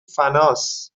فناس